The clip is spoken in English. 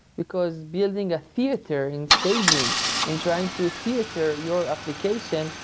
because building a theater and staging and trying to theater your application,